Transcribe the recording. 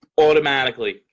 automatically